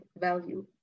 value